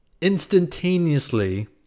instantaneously